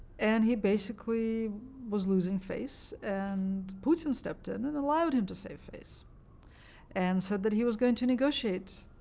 and he basically was losing face. and putin stepped in and allowed him to save face and said that he was going to negotiate